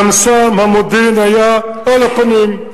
גם שם המודיעין היה על הפנים.